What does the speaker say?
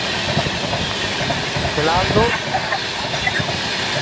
फ़िलहाल तो